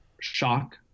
shock